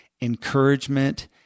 encouragement